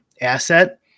asset